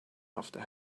after